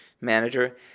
manager